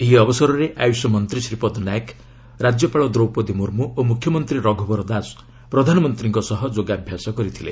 ଏହି ଅବସରରେ ଆୟୁଷ ମନ୍ତ୍ରୀ ଶ୍ରୀପଦ ନାୟକ ରାଜ୍ୟପାଳ ଦ୍ରୋପଦୀ ମୁର୍ମୁ ଓ ମୁଖ୍ୟମନ୍ତ୍ରୀ ରଘୁବର ଦାସ ପ୍ରଧାନମନ୍ତ୍ରୀଙ୍କ ସହ ଯୋଗାଭ୍ୟାସ କରିଥିଲେ